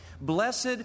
blessed